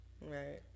Right